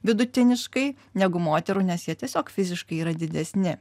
vidutiniškai negu moterų nes jie tiesiog fiziškai yra didesni